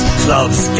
clubs